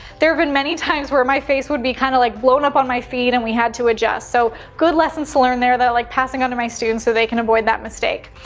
there have been many times where my face would be kind of like blown up on my feed and we had to adjust. so good lessons to learn there that i like passing on to my students so they can avoid my mistake.